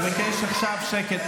אני מבקש עכשיו שקט.